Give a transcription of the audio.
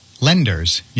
lenders